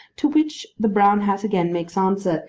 to which the brown hat again makes answer,